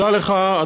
תודה לך,